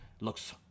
looks